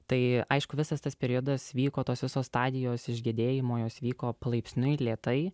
tai aišku visas tas periodas vyko tos visos stadijos išgedėjimo jos vyko palaipsniui lėtai